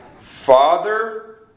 father